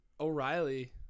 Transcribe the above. O'Reilly